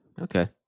Okay